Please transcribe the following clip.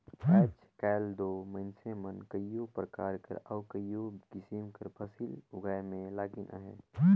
आएज काएल दो मइनसे मन कइयो परकार कर अउ कइयो किसिम कर फसिल उगाए में लगिन अहें